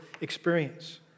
experience